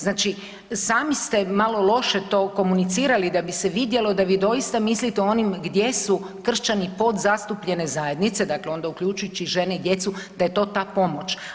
Znači sami ste malo loše to komunicirali da bi se vidjelo da vi doista mislite o onim gdje su kršćani podzastupljene zajednice, dakle onda uključujući žene i djecu da je to ta pomoć.